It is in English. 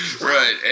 Right